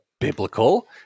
biblical